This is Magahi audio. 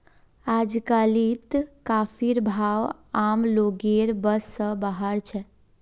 अजकालित कॉफीर भाव आम लोगेर बस स बाहर छेक